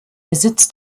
besitz